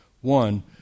one